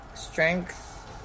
strength